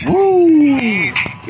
Woo